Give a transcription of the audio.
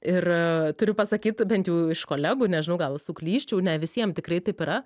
ir turiu pasakyt bent jau iš kolegų nežinau gal suklysčiau ne visiem tikrai taip yra